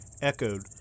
echoed